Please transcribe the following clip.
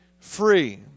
free